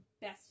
best